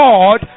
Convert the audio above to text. God